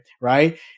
right